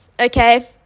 okay